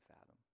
fathom